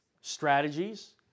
Strategies